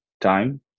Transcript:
time